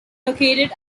located